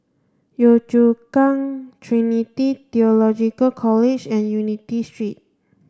Yio Chu Kang Trinity Theological College and Unity Street